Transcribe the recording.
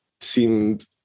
seemed